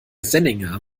senninger